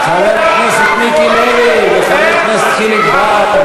חבר הכנסת מיקי לוי וחבר הכנסת חיליק בר.